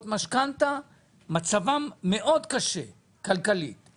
מאוד קשה מבחינה כלכלית.